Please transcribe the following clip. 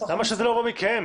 למה שזה לא יבוא מכם?